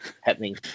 happening